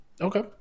Okay